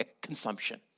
Consumption